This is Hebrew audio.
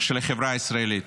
של החברה הישראלית: